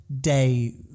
day